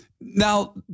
Now